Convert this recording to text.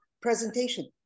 presentation